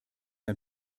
ein